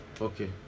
okay